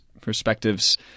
perspectives